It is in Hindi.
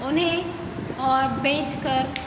उन्हें और बेचकर